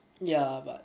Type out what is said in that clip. ya but